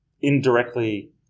indirectly